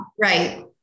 Right